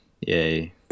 Yay